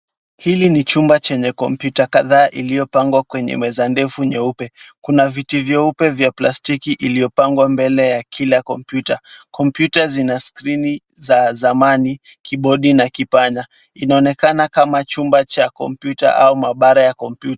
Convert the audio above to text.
Hili ni chumba chenye kompyuta kadhaa iliyopangwa kwenye meza ndefu nyeupe. Kuna viti vyeupe vya plastiki vilivyopangwa mbele ya kila kompyuta. Kompyuta zina skrini za zamani, kibodi na kipanya. Inaonekana kama chumba cha kompyuta au maabara ya kompyuta.